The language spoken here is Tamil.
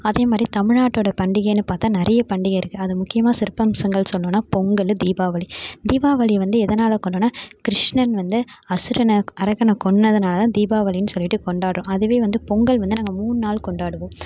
அதே மாதிரி தமிழ் நாட்டோட பண்டிகைனு பார்த்தா நிறைய பண்டிகை இருக்கு அது முக்கியமாக சிறப்பம்சங்கள் சொல்லணுனா பொங்கல் தீபாவளி தீபாவளியை வந்து எதனால் கொண்டாடுறோனா கிருஷ்ணன் வந்து அசுரனை அரக்கனை கொன்னதினால தீபாவளின் சொல்லிட்டு கொண்டாடுறோம் அதுவே வந்து பொங்கல் வந்து நாங்கள் மூணு நாள் கொண்டாடுவோம்